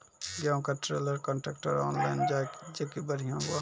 गेहूँ का trailer contractor online जाए जैकी बढ़िया हुआ